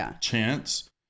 chance